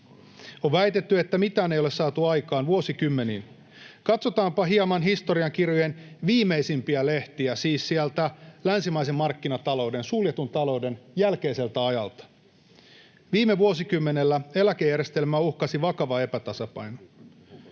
On väitetty, että mitään ei ole saatu aikaan vuosikymmeniin. Katsotaanpa hieman historiankirjojen viimeisimpiä lehtiä, siis sieltä länsimaisen markkinatalouden, suljetun talouden jälkeiseltä ajalta. Viime vuosikymmenellä eläkejärjestelmää uhkasi vakava epätasapaino.